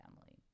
family